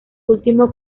último